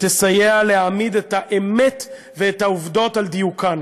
שתסייע להעמיד את האמת ואת העובדות על דיוקן,